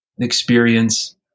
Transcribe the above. experience